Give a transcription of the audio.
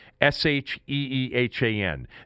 S-H-E-E-H-A-N